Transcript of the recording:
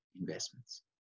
investments